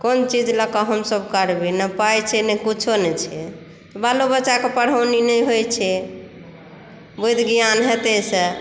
कोन चीज लऽ कऽ हमसभ करबै ने पाई छै ने किछो नहि छै तऽ बालो बच्चाकेँ पढ़ौनी नहि होइत छै बुद्धि ज्ञान हेतै से